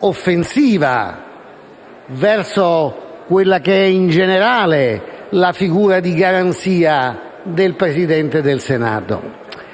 offensiva verso quella che è in generale la figura di garanzia del Presidente del Senato.